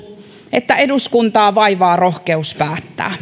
että eduskuntaa vaivaa rohkeus päättää